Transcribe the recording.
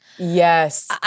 Yes